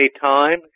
time